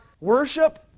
worship